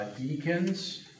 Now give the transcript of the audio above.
deacons